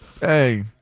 hey